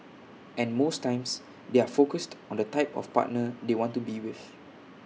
and most times they are focused on the type of partner they want to be with